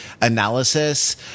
analysis